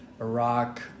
Iraq